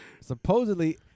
supposedly